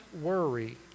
worry